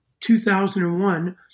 2001